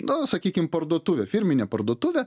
nu sakykim parduotuvė firminė parduotuvė